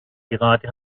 gerade